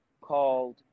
called